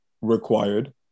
required